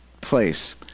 place